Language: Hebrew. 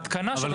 אבל